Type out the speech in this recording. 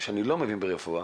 שאני לא מבין ברפואה,